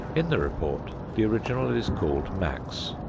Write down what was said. in the report the original is called max.